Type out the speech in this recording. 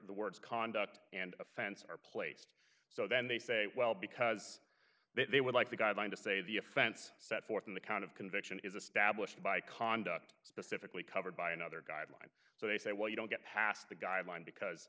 the words conduct and offense are placed so then they say well because they would like the guideline to say the offense set forth in the count of conviction is established by conduct specifically covered by another guideline so they say well you don't get past the guideline because